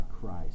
Christ